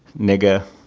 nigga,